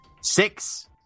Six